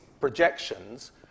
projections